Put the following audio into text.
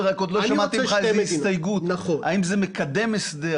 אבל לא שמעתי ממך איזו הסתייגות האם זה מקדם הסדר.